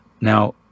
Now